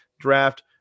draft